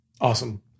Awesome